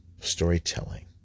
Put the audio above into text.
storytelling